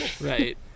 Right